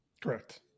Correct